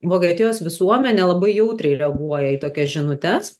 vokietijos visuomenė labai jautriai reaguoja į tokias žinutes